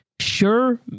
sure